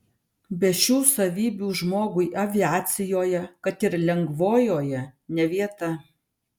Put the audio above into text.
be šių savybių žmogui aviacijoje kad ir lengvojoje ne vieta